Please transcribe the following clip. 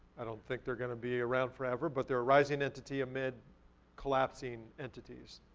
i don't think they're gonna be around forever, but they're a rising entity amid collapsing entities,